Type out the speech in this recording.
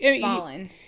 fallen